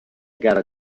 gara